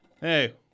Hey